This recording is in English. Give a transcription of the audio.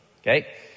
Okay